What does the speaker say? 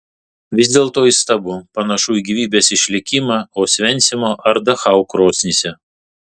vis dėlto įstabu panašu į gyvybės išlikimą osvencimo ar dachau krosnyse